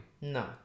no